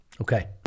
Okay